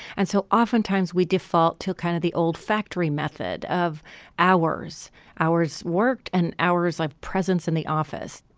and so oftentimes we default to kind of the old factory method of hours hours worked and hours i've presence in the office.